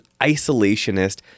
isolationist